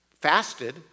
fasted